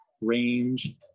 Range